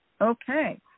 Okay